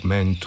Men